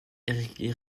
est